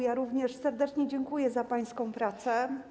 Ja również serdecznie dziękuję za pańską pracę.